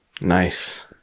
Nice